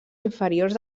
inferiors